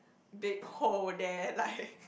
big hole there like